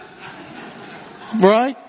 Right